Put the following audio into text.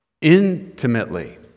intimately